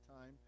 time